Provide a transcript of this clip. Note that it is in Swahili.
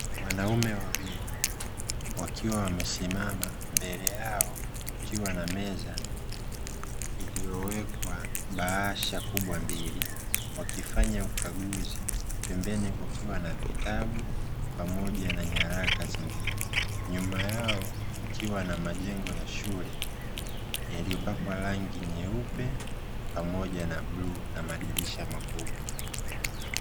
Wanaume wawili wakiwa wamesimama, mbele yao kukiwa na meza iliyowekwa bahasha kubwa mbili, wakifanya ukaguzi pembeni kukiwa na vitabu pamoja na nyaraka zingine. Nyuma yao kukiwa na majengo ya shule yaliyopakwa rangi nyeupe pamoja na bluu na madirisha makubwa.